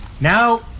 Now